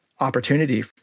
opportunity